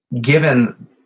given